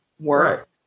work